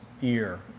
year